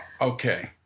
Okay